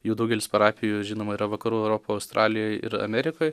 jų daugelis parapijų žinoma yra vakarų europoj australijoj ir amerikoj